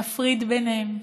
נפריד ביניהם.